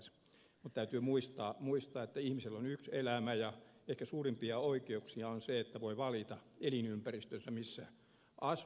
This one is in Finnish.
mutta täytyy muistaa että ihmisellä on yksi elämä ja ehkä suurimpia oikeuksia on se että voi valita elinympäristönsä missä asuu